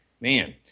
man